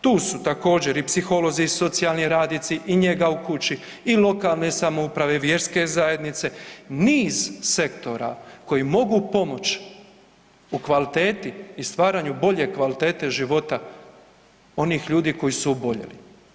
Tu su također i psiholozi i socijalni radnici i njega u kući i lokalne samouprave i vjerske zajednice, niz sektora koji mogu pomoć u kvaliteti i stvaranju bolje kvalitete života onih ljudi koji su oboljeli.